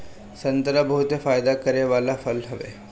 संतरा बहुते फायदा करे वाला फल हवे